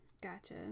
gotcha